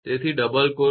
તેથી ડબલ બે કોર